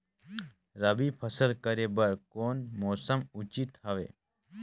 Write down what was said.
रबी फसल करे बर कोन मौसम उचित हवे?